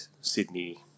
Sydney